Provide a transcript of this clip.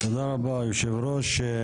תודה רבה, היושב-ראש.